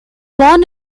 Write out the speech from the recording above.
born